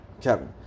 Kevin